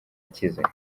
akize